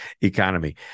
economy